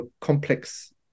complex